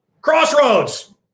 crossroads